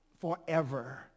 forever